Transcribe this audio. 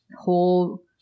whole